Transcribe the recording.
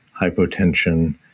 hypotension